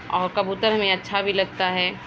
اور کبوتر ہمیں اچھا بھی لگتا ہے